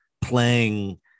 playing